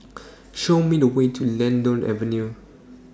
Show Me The Way to Lentor Avenue